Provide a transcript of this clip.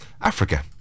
Africa